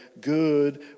good